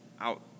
out